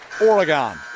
Oregon